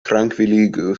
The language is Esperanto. trankviligu